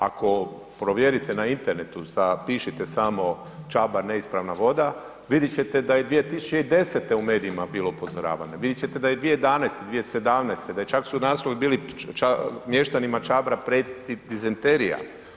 Ako provjerite na internetu sa, pišite samo Čabar neispravna voda, vidjeti ćete da je 2010. u medijima bilo upozoravanja, vidjet ćete da je 2011., 2017., čak su naslovi bili mještanima Čabra prijeti dizenterija.